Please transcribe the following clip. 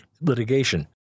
litigation